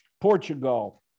Portugal